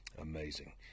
Amazing